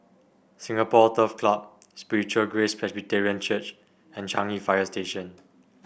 Singapore Turf Club Spiritual Grace Presbyterian Church and Changi Fire Station